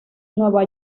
nueva